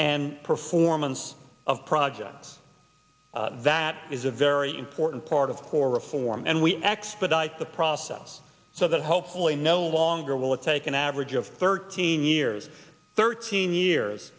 and performance of projects that is a very important part of core reform and we expedite the process so that hopefully no longer will it take an average of thirteen years thirteen years